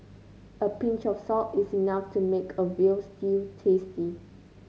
a pinch of salt is enough to make a veal stew tasty